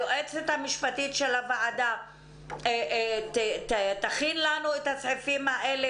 היועצת המשפטית של הוועדה תכין לנו את הסעיפים האלה,